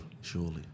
Surely